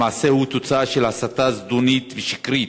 המעשה הוא תוצאה של הסתה זדונית ושקרית